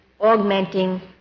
augmenting